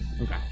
Okay